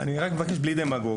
אני רק מבקש בלי דמגוגיה.